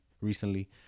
recently